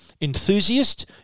enthusiast